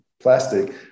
plastic